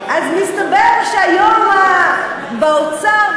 אז מסתבר שהיום באוצר,